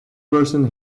person